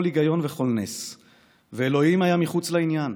היגיון וכל נס / ואלוהים היה מחוץ לעניין,